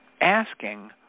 asking